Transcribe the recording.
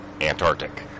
Antarctic